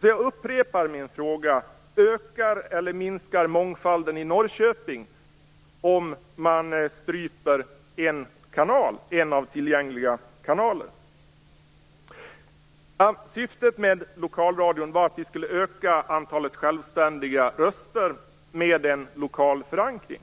Jag upprepar min fråga: Ökar eller minskar mångfalden i Norrköping om man stryper en av tillgängliga kanaler? Syftet med lokalradion var att vi skulle öka antalet självständiga röster med en lokal förankring.